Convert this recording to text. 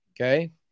Okay